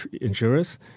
insurers